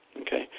okay